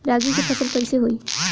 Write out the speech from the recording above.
रागी के फसल कईसे होई?